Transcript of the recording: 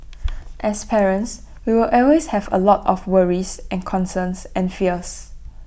as parents we will always have A lot of worries and concerns and fears